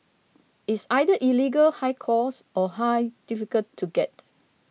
it's either illegal high cost or high difficult to get